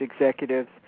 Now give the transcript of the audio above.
executives